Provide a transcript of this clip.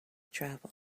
travel